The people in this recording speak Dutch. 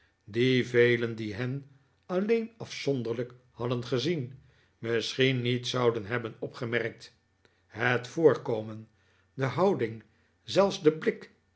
die velen die hen alleen afzonderlijk hadden gezien misschien niet zouden hebben opgemerkt het voorkomen de houding zelfs den blik